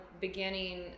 beginning